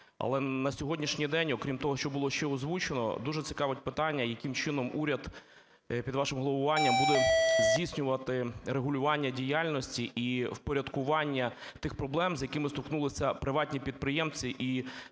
але на сьогоднішній день окрім того, що було ще озвучено, дуже цікавить питання, яким чином уряд під вашим головуванням буде здійснювати регулювання діяльності і впорядкування тих проблем, з якими стикнулися приватні підприємці і